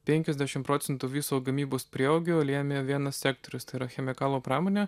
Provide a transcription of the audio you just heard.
penkiasdešimt procentų viso gamybos prieaugio lėmė vienas sektorius tai yra chemikalo pramonė